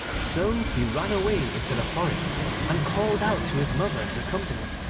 so he ran away into the forest and called out to his mother to come to him,